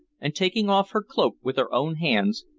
and taking off her cloak with her own hands,